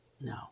No